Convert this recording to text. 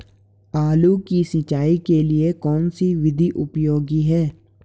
आलू की सिंचाई के लिए कौन सी विधि उपयोगी है?